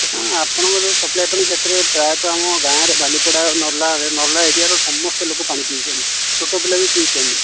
sir ଆପଣଙ୍କ ଯେଉଁ supply ପାଣି ପ୍ରାୟତଃ ଆମ ଗାଁର ବାଳିପଡ଼ା ନଲ୍ଲାରେ ନଲ୍ଲା ଏରିଆର ସମସ୍ତ ଲୋକ ପାଣି ପିଉଛନ୍ତି ଛୋଟପିଲା ବି ପିଉଛନ୍ତି